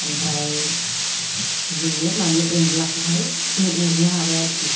ओमफ्राय जोङो माने अनलाखौहाय जों उरनो हाबाय आरोखि